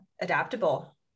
adaptable